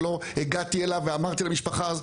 שלא הגעתי אליו ואמרתי למשפחה.